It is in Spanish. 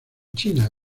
china